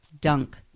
dunk